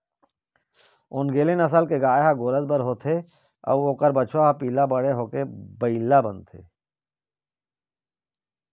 ओन्गेले नसल के गाय ह गोरस बर होथे अउ एखर बछवा पिला ह बड़े होके बइला बनथे